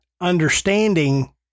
understanding